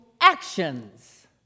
actions